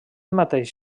mateix